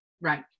Right